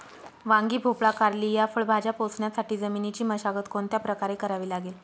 वांगी, भोपळा, कारली या फळभाज्या पोसण्यासाठी जमिनीची मशागत कोणत्या प्रकारे करावी लागेल?